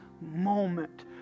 moment